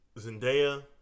Zendaya